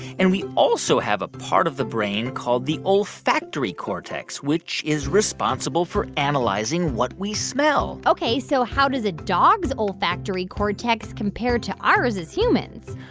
and we also have a part of the brain called the olfactory cortex, which is responsible for analyzing what we smell ok, so how does a dog's olfactory cortex compare to ours as humans?